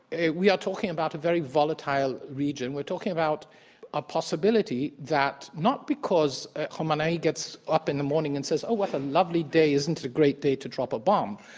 we are talking about a very volatile region. we're talking about a possibility that not because khamenei gets up in the morning and says, oh, what a lovely day, isn't it a great day to drop a bomb?